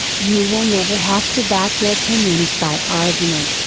you will never have to back your opinions by argument,